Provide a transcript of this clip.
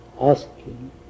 asking